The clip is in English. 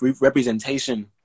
representation